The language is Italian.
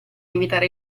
evitare